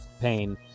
pain